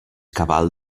cabal